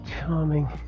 charming